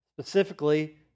specifically